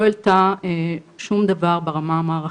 לא העלתה שום דבר ברמה המערכתית.